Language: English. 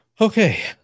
Okay